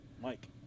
Mike